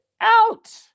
out